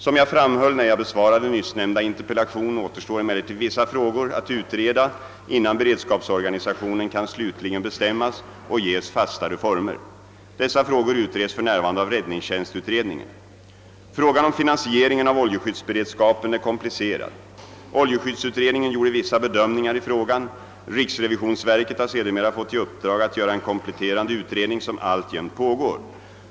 Som jag framhöll när jag besvarade nyssnämnda = interpellation = återstår emellertid vissa frågor att utreda innan beredskapsorganisationen kan slutligen bestämmas och ges fastare former. Dessa frågor utreds för närvarande av räddningstjänstutredningen. Frågan om finansieringen av oljeskyddsberedskapen är komplicerad. Oljeskyddsutredningen gjorde vissa bedömningar i frågan. Riksrevisionsverket har sedermera fått i uppdrag att göra en kompletterande utredning som alltjämt pågår.